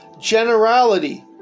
generality